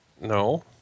no